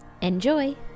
Enjoy